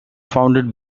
founded